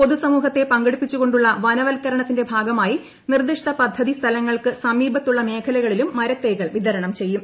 പൊതുസമൂഹത്തെ പങ്കെടുപ്പിച്ചു കൊണ്ടുള്ള വനവത്ക്കരണത്തിന്റെ ഭാഗമായി നിർദിഷ്ട പദ്ധതി സ്ഥലങ്ങൾക്ക് സമീപത്തുള്ള മേഖലകളിലും മരത്തൈകൾ വിതരണം ചെയ്യും